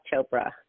Chopra